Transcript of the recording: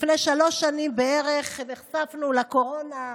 לפני שלוש שנים בערך נחשפנו לקורונה,